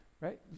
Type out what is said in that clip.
right